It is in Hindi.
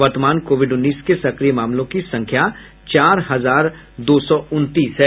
वर्तमान कोविड उन्नीस के सक्रिय मामलों की संख्या चार हजार दो सौ उनतीस है